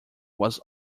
was